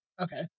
Okay